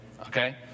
okay